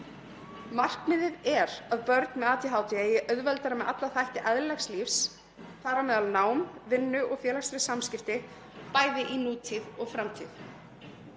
Markmiðið er að börn með ADHD eigi auðveldara með alla þætti eðlilegs lífs, þar á meðal nám, vinnu og félagsleg samskipti, bæði í nútíð og framtíð.